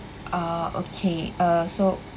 uh okay uh so